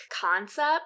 concept